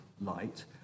light